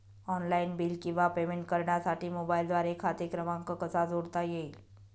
Online bill किंवा payment करण्यासाठी मोबाईलद्वारे खाते क्रमांक कसा जोडता येईल?